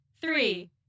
three